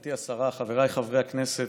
גברתי השרה, חבריי חברי הכנסת,